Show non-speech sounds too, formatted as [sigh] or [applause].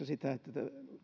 [unintelligible] sitä että